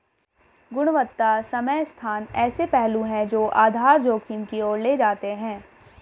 गुणवत्ता समय स्थान ऐसे पहलू हैं जो आधार जोखिम की ओर ले जाते हैं